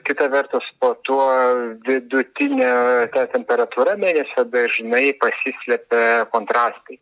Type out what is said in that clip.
kita vertus po tuo vidutinė temperatūra mėnesio dažnai pasislepia kontrastai